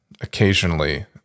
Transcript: occasionally